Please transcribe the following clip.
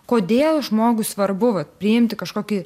kodėl žmogui svarbu vat priimti kažkokį